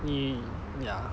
你 ya